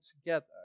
together